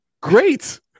great